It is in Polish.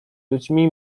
ludźmi